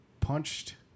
punched